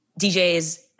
DJs